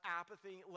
apathy